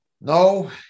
No